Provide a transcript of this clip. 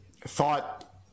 thought